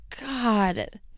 God